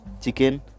chicken